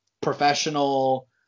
professional